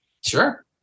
Sure